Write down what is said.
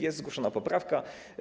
Jest zgłoszona poprawka.